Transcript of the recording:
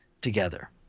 together